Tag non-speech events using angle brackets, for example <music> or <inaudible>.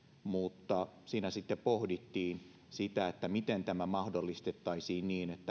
mutta siinä sitten pohdittiin sitä miten tämä mahdollistettaisiin niin että <unintelligible>